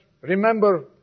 remember